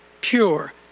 pure